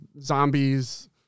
zombies